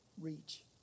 reach